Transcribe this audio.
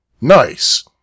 Nice